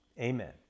Amen